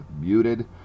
muted